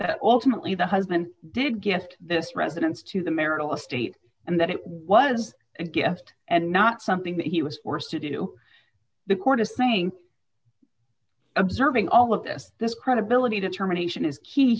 that ultimately the husband did guest this residence to the marital est and that it was a gift and not something that he was forced to do the court is saying observing all of this this credibility determination is